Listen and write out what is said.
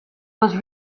les